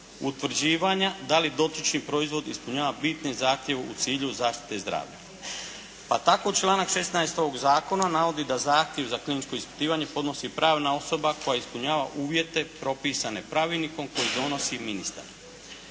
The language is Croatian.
utvrđivanja da li dotični proizvod ispunjava bitne zahtjeve u cilju zaštite zdravlja. Pa tako članak 16. ovog zakona navodi da zahtjev za kliničko ispitivanje podnosi pravna osoba koja ispunjava uvjete propisane pravilnikom koji donosi ministar.